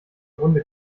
runde